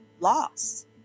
Loss